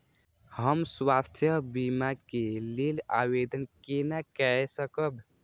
हम स्वास्थ्य बीमा के लेल आवेदन केना कै सकब?